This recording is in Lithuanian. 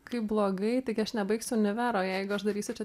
kaip blogai taigi aš nebaigsiu univero jeigu aš darysiu čia